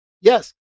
Yes